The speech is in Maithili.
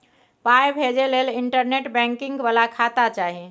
पाय भेजय लए इंटरनेट बैंकिंग बला खाता चाही